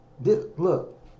Look